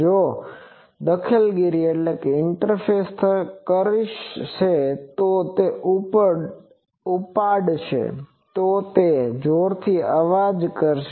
જો કોઈ દખલગીરી કરશે કે તે ઉપાડશે તો તે જોરથી અવાજ કરશે